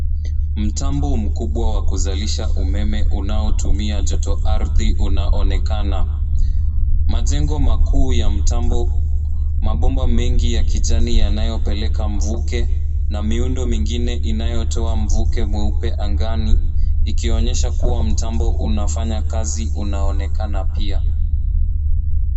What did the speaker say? Mtambo mkubwa wa joto ardhi wa kuzalisha umeme unaotumia joto ardhi unaonekana. Majengo makuu ya mtambo, mabomba mengi ya kijani yanayopeleka mvuke na miundo mingine inayotoa mvuke mweupe ya angani ikionyesha kuwa mtambo unafanya kazi unaonekana pia.